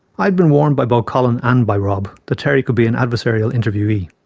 i'd been warned by both colin and by rob that terry could be an adversarial interviewee,